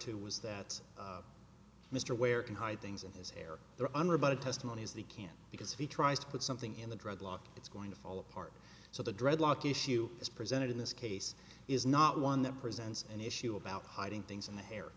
to was that mr ware can hide things in his hair or under but of testimonies they can't because if he tries to put something in the drug law it's going to fall apart so the dreadlock issue as presented in this case is not one that presents an issue about hiding things in the hair